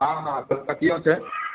हँ हँ कलकतिओ छै